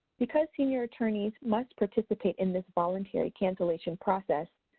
because senior attorneys must participate in this voluntary cancelation process,